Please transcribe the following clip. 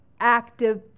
active